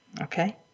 Okay